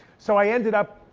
so i ended up,